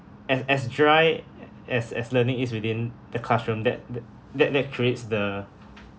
and as dry as as learning is within the classroom that the that that creates the